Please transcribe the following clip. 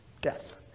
death